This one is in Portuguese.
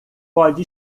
pode